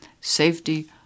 safety